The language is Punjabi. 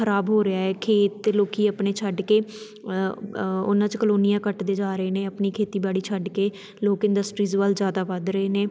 ਖ਼ਰਾਬ ਹੋ ਰਿਹਾ ਹੈ ਖੇਤ ਲੋਕੀਂ ਆਪਣੇ ਛੱਡ ਕੇ ਉਹਨਾਂ 'ਚ ਕਲੋਨੀਆਂ ਕੱਟਦੇ ਜਾ ਰਹੇ ਨੇ ਆਪਣੀ ਖੇਤੀਬਾੜੀ ਛੱਡ ਕੇ ਲੋਕ ਇੰਡਸਟਰੀਜ਼ ਵੱਲ ਜ਼ਿਆਦਾ ਵੱਧ ਰਹੇ ਨੇ